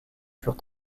furent